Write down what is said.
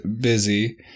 busy